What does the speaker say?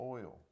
Oil